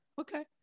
Okay